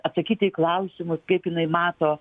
atsakyti į klausimus kaip jinai mato